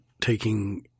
taking